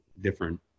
different